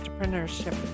entrepreneurship